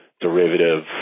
derivative